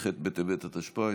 התשפ"א,